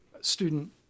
student